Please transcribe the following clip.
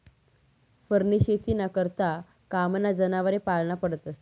फरनी शेतीना करता कामना जनावरे पाळना पडतस